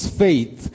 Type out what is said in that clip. faith